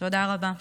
תודה רבה.